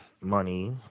money